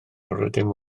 rydym